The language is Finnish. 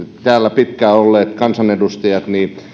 täällä pitkään olleet kansanedustajat